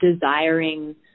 desiring